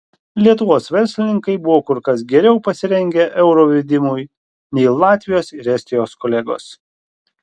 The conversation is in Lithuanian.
lietuvos verslininkai buvo kur kas geriau pasirengę euro įvedimui nei latvijos ir estijos kolegos